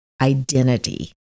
identity